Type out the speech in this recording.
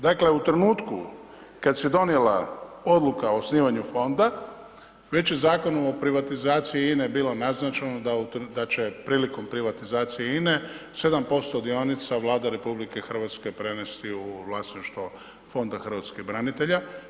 Dakle, u trenutku kad se donijela odluka o osnivanju fonda već u Zakonu o privatizaciji INA-e je bilo naznačeno da će prilikom privatizacije INA-e 7% dionica Vlada RH prenesti u vlasništvo Fonda hrvatskih branitelja.